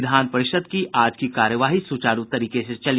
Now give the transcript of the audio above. विधान परिषद् की आज की कार्यवाही सुचारू तरीके से चली